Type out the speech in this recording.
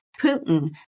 Putin